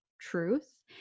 truth